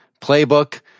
playbook